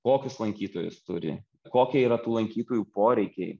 kokius lankytojus turi kokie yra tų lankytojų poreikiai